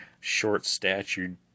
short-statured